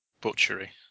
Butchery